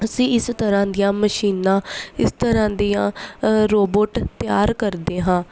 ਅਸੀਂ ਇਸ ਤਰ੍ਹਾਂ ਦੀਆਂ ਮਸ਼ੀਨਾਂ ਇਸ ਤਰ੍ਹਾਂ ਦੀਆਂ ਰੋਬੋਟ ਤਿਆਰ ਕਰਦੇ ਹਾਂ